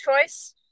choice